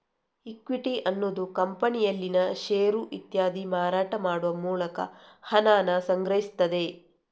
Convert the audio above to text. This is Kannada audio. ಇಕ್ವಿಟಿ ಅನ್ನುದು ಕಂಪನಿಯಲ್ಲಿನ ಷೇರು ಇತ್ಯಾದಿ ಮಾರಾಟ ಮಾಡುವ ಮೂಲಕ ಹಣಾನ ಸಂಗ್ರಹಿಸ್ತದೆ